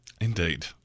Indeed